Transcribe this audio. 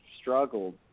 struggled